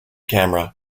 camera